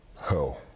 Hell